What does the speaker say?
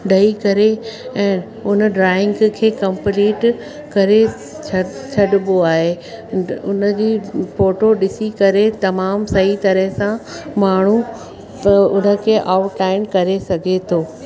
ॾेई करे ऐं हुन ड्रॉइंग खे कम्पलीट करे छॾ छॾिबो आहे हुनजी फ़ोटो ॾिसी करे तमामु सही तरह सां माण्हू हुनखे आउट लाइन करे सघे थो